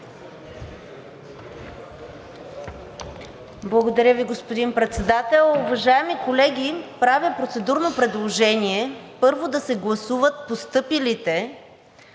Благодаря Ви, господин Председател. Уважаеми колеги, правя процедурно предложение. Първо, да се гласуват постъпилите